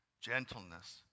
gentleness